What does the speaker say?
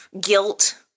Guilt